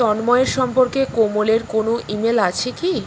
তন্ময়ের সম্পর্কে কোমলের কোনও ইমেল আছে কি